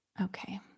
Okay